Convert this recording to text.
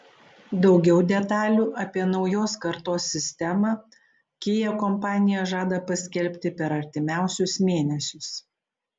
daugiau detalių apie naujos kartos sistemą kia kompanija žada paskelbti per artimiausius mėnesius